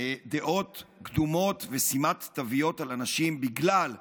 דעות קדומות ושימת תוויות על אנשים בגלל מינם,